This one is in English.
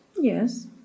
Yes